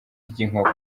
ry’inkoko